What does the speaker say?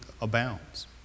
abounds